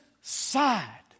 side